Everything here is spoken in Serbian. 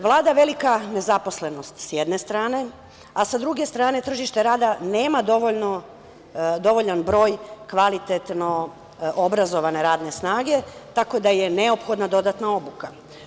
Vlada velika nezaposlenost, s jedne strane, a sa druge strane, tržište rada nema dovoljan broj kvalitetno obrazovane radne snage, tako da je neophodna dodatna obuka.